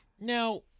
now